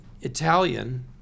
Italian